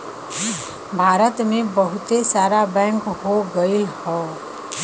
भारत मे बहुते सारा बैंक हो गइल हौ